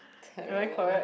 terrible